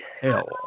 hell